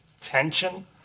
tension